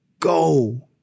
Go